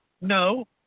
No